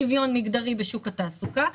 שוויון מגדרי בשוק התעסוקה,